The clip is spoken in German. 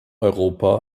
europa